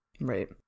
Right